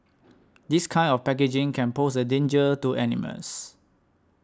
this kind of packaging can pose a danger to animals